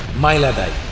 maila dai